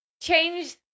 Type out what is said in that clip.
change